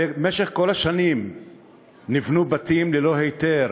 הרי במשך כל השנים נבנו בחברה הערבית בתים ללא היתר,